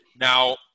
Now